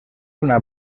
una